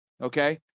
okay